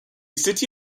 city